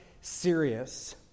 serious